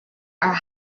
are